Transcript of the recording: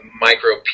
micro